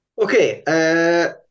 Okay